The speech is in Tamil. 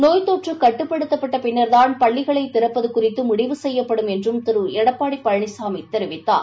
நோய் தொற்று கட்டுப்படுத்தப்பட்ட பின்னா்தான் பள்ளிகளை திறப்பது குறித்து முடிவு செய்யப்படும் என்றும் திரு எடப்பாடி பழனிசாமி தெரிவித்தார்